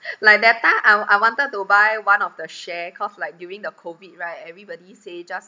like that time I I wanted to buy one of the share cause like during the COVID right everybody say just